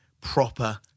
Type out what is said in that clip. proper